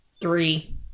Three